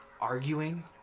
arguing